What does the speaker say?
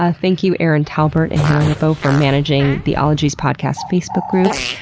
ah thank you erin talbert and hannah lipow for managing the ologies podcast facebook group.